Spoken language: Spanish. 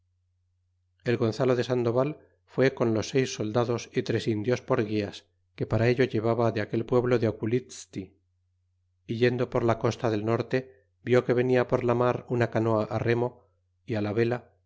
gonzalo de sandoval fué con los seis soldados y tres indios por guias que para ello llevaba de aquel pueblo de oculizti é yendo por la costa del norte vió que venia por la mar una canoa remo y la vela